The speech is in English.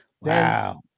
Wow